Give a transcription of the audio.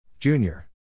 Junior